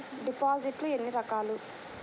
డిపాజిట్లు ఎన్ని రకాలు?